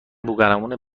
بوقلمون